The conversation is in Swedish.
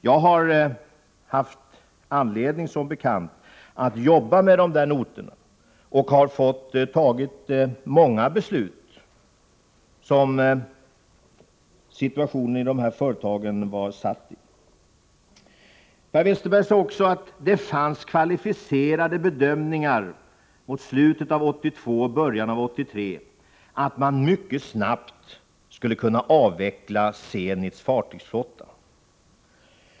Jag har som bekant haft anledning att jobba med dessa notor, och jag har fattat många beslut på grund av de situationer som dessa företag varit försatta i. Per Westerberg sade också att det fanns kvalificerade bedömningar mot slutet av 1982 och i början av 1983 att man mycket snabbt skulle kunna avveckla Zenits fartygsflotta.